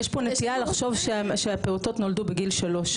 יש פה נטייה לחשוב שהפעוטות נולדו בגיל שלוש,